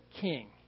king